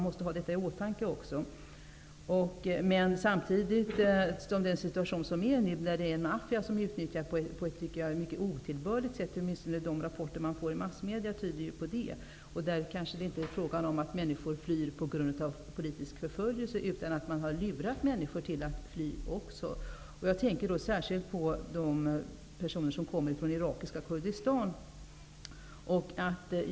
I rådande situation finns det en maffia som på ett mycket otillbörligt sätt utnyttjar situationen. Rapporter som kommer via massmedierna tyder ju på det. Det kanske inte heller är fråga om att människor flyr p.g.a. politisk förföljelse, utan att människor luras att fly. Jag tänker särskilt på de människor som kommer från irakiska Kurdistan.